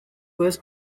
was